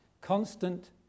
Constant